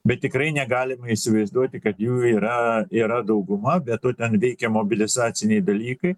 bet tikrai negalima įsivaizduoti kad jų yra yra dauguma be to ten veikia mobilizaciniai dalykai